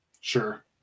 Sure